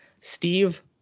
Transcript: Steve